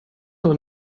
doch